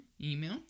email